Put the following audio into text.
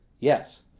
yes.